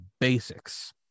basics